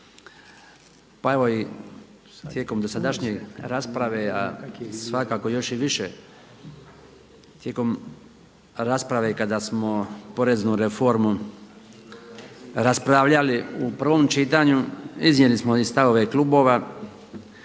pa evo i tijekom dosadašnje rasprave a svakako još i više tijekom rasprave kada smo poreznu reformu raspravljali u prvom čitanju iznijeli smo i stavove klubova,